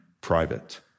private